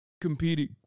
competing